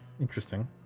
interesting